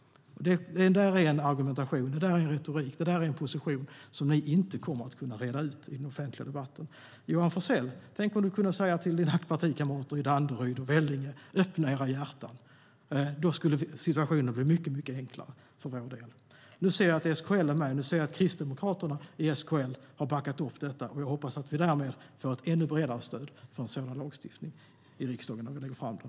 Det är en argumentation, en retorik, en position som ni inte kommer att kunna reda ut i den offentliga debatten. Johan Forssell, tänk om du kunde säga till dina partikamrater i Danderyd och Vellinge: Öppna era hjärtan! Då skulle situationen bli mycket enklare för vår del. Nu ser jag att Kristdemokraterna i SKL har backat upp detta, och jag hoppas att vi därmed får ett ännu bredare stöd för en sådan lagstiftning i riksdagen när vi lägger fram den.